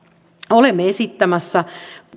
olemme esittämässä